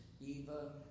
Eva